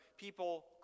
People